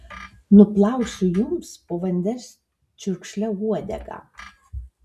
nuplausiu jums po vandens čiurkšle uodegą